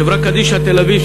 חברה קדישא תל-אביב,